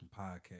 podcast